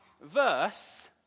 verse